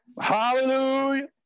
Hallelujah